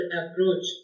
approach